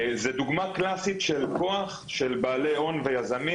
זה דוגמה קלאסית של כוח של בעלי הון ויזמים,